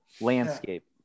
landscape